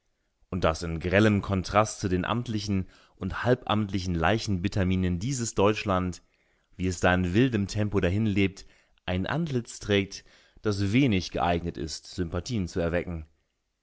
und daß in grellem kontrast zu den amtlichen und halbamtlichen leichenbittermienen dieses deutschland wie es da in wildem tempo dahinlebt ein antlitz trägt das wenig geeignet ist sympathien zu erwecken